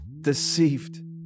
deceived